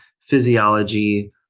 physiology